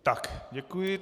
Tak, děkuji.